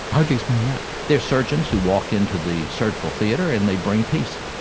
how do you explain that? there are surgeons who walk into the surgical theatre and they bring peace.